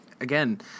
Again